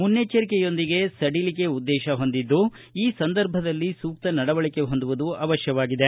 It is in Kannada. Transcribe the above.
ಮುನ್ನೆಚ್ವರಿಕೆಯೊಂದಿಗೆ ಸಡಿಲಿಕೆಉದ್ದೇಶ ಹೊಂದಿದ್ದು ಈ ಸಂದರ್ಭದಲ್ಲಿ ಸೂಕ್ತ ನಡವಳಿಕೆ ಹೊಂದುವುದು ಅವಶ್ಕವಾಗಿದೆ